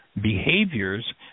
behaviors